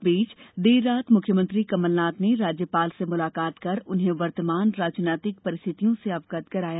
इस बीच देर रात मुख्यमंत्री कमलनाथ ने राज्यपाल से मुलाकात कर उन्हें वर्तमान राजनीतिक परिस्थितियों से अवगत कराया